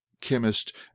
chemist